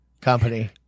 company